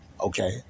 Okay